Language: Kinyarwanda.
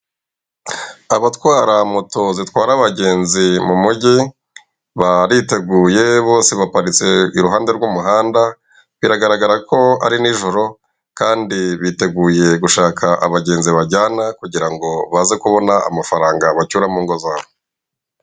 Abatwara moto zitwara abagenzi mumugi, bariteguye bose baparitse i ruhande rw'umuhanda, biragaragara ko ari nijoro, kandi biteguye gushaka abagenzi bajyana kugira ngo baze kubona amafaranga bacyura mungo za bo.